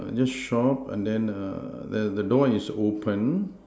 uh this shop and then err the the door is open